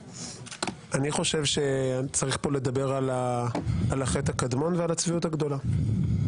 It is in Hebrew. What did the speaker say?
אני חושב שצריך לדבר פה על החטא הקדמון ועל הצביעות הגדולה.